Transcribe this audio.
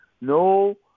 No